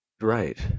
right